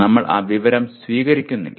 നമ്മൾ ആ വിവരം സ്വീകരിക്കുന്നില്ല